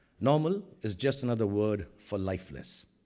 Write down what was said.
normal is just another word for lifeless.